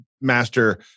master